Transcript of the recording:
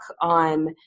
on